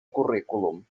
currículum